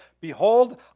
Behold